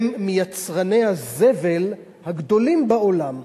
הם מיצרני הזבל הגדולים בעולם.